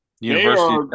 university